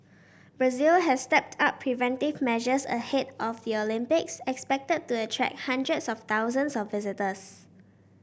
Brazil has stepped up preventive measures ahead of the Olympics expected to attract hundreds of thousands of visitors